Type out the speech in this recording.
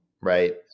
right